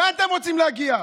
לאן אתם רוצים להגיע,